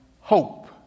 hope